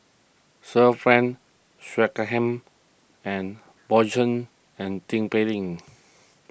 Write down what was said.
Sir Frank and Bjorn Shen and Tin Pei Ling